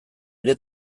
ere